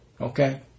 okay